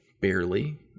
barely